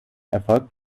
erfolgt